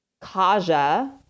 Kaja